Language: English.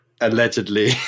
allegedly